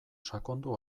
sakondu